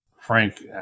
Frank